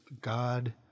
God